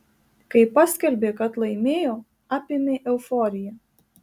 kai paskelbė kad laimėjo apėmė euforija